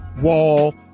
wall